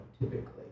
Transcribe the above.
typically